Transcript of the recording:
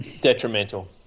Detrimental